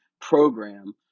program